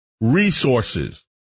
resources